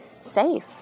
safe